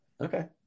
okay